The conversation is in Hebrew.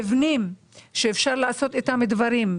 מבנים שאפשר לעשות איתם דברים,